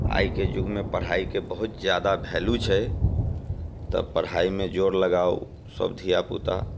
आइके युगमे पढ़ाइके बहुत ज्यादा भेल्यू छै तऽ पढ़ाइमे जोर लगाउ सभ धियापुता